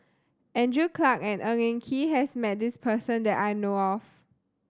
Andrew Clarke and Ng Eng Kee has met this person that I know of